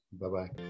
Bye-bye